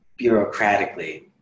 bureaucratically